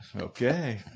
Okay